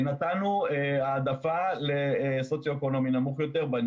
נתנו בניקוד העדפה לסוציו אקונומי נמוך יותר.